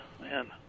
man